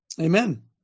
Amen